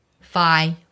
five